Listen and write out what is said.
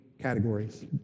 categories